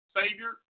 Savior